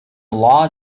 law